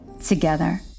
together